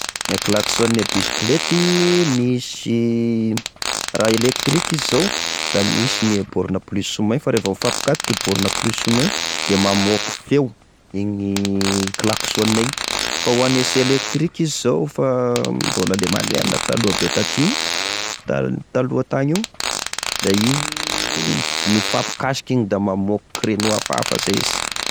Gne klaksone bisikilety misy, raha electrique izy zao: misy borne plus sy moins fa revô mifapikatoka e borne plus sy moins da mamoky feo igny klaksone igny; fa oane sy electrique zao fa mbola mamerina taloha be taty io, taloha tagny io, da igny vy mifampikasika igny da mamôky chreno hafahafa zay izy.